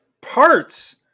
parts